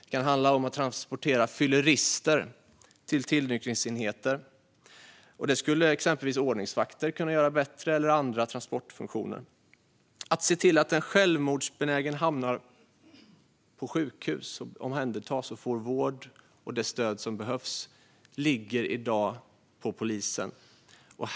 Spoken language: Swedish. Det kan handla om att transportera fyllerister till tillnyktringsenheter, vilket exempelvis ordningsvakter eller andra transportfunktioner skulle kunna göra bättre. Att se till att en självmordsbenägen hamnar på sjukhus, omhändertas och får vård och det stöd som behövs ligger i dag på polisen.